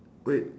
oh wait